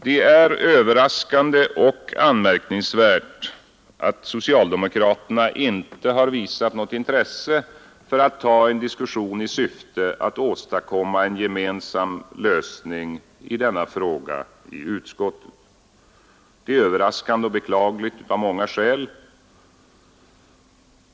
Det är överraskande och anmärkningsvärt att socialdemokraterna inte har visat något intresse för att ta en diskussion i syfte att åstadkomma en gemensam lösning i denna fråga i utskottet. Det är överraskande och beklagligt av många skäl.